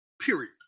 period